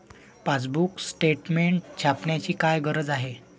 Passbook statement छापण्याची काय गरज आहे?